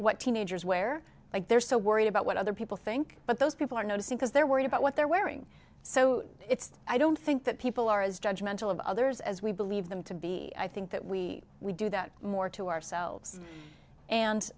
what teenagers where like they're so worried about what other people think but those people are noticing because they're worried about what they're wearing so it's i don't think that people are as judge mental of others as we believe them to be i think that we we do that more to ourselves and